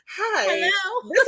hi